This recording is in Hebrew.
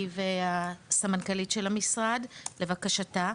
אני והסמנכ"לית של המשרד לבקשתה,